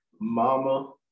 mama